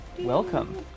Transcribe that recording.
Welcome